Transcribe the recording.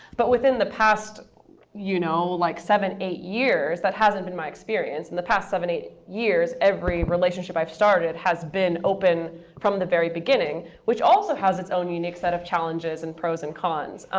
but within the past you know like seven, eight years, that hasn't been my experience. in the past seven, eight years, every relationship i've started has been open from the very beginning, which also has its own unique set of challenges, and pros, and cons.